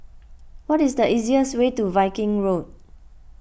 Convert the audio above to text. what is the easiest way to Viking Road